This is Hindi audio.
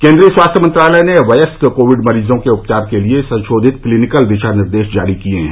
केन्द्रीय स्वास्थ्य मंत्रालय ने वयस्क कोविड मरीजों के उपचार के लिए संशोधित क्नीनिकल दिशा निर्देश जारी किए हैं